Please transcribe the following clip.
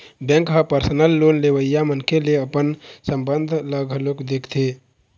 bank ह personal loan लेवइया मनखे ले अपन संबंध ल घलोक देखथे